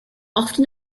often